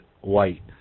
white